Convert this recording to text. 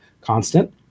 constant